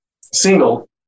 single